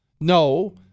No